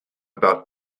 about